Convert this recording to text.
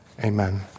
amen